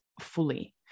fully